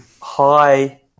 high